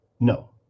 no